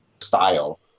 style